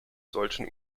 solchen